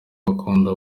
gahunda